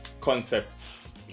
concepts